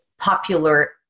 popular